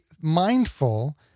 mindful